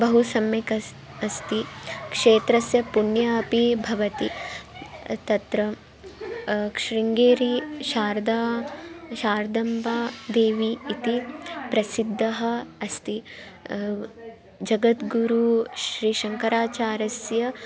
बहु सम्यक् अस् अस्ति क्षेत्रस्य पुण्यमपि भवति तत्र शृङ्गेरी शारदा शारदाम्बा देवी इति प्रसिद्दः अस्ति जगद्गुरू श्री शङ्कराचार्यस्य